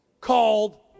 Called